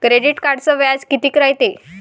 Credit कार्डचं व्याज कितीक रायते?